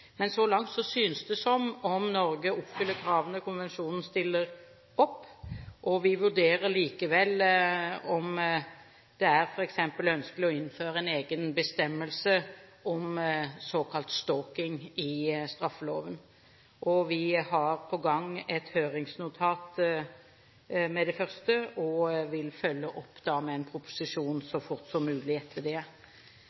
men vi vurderer likevel om det er ønskelig å innføre en egen bestemmelse om «stalking» i straffeloven. Vi har på gang et høringsnotat, og vil følge opp med en proposisjon så